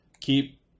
keep